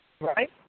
Right